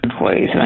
ways